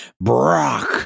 Brock